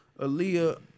Aaliyah